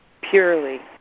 purely